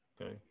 Okay